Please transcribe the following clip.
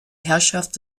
herrschaft